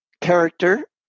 character